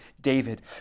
David